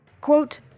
Quote